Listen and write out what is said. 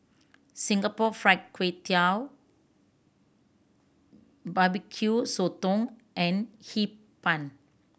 Singapore Fried Kway Tiao Barbecue Sotong and Hee Pan